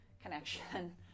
connection